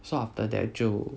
so after that 就